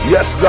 Yes